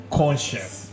conscious